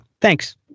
Thanks